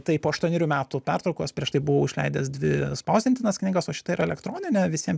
tai po aštuonerių metų pertraukos prieš tai buvau išleidęs dvi spausdintinas knygas o šita yra elektroninė visiem